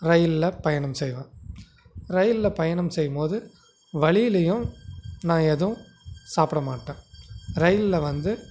ரயில்ல பயணம் செய்வேன் ரயில்ல பயணம் செய்யும்போது வழியிலயும் நான் எதுவும் சாப்பிட மாட்டேன் ரயில்ல வந்து